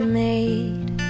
made